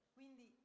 quindi